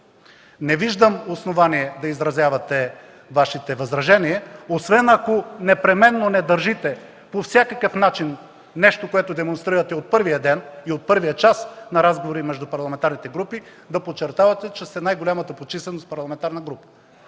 Не виждам основание да изразявате Вашите възражения, освен ако непременно не държите по всякакъв начин – нещо, което демонстрирате от първия ден и от първия час на разговори между парламентарните групи, да подчертавате, че сте най-голямата по численост парламентарна група.